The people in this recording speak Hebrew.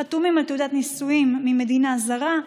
הם חתומים על תעודת נישואים ממדינה זרה,